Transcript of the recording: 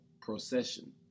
procession